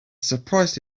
surprised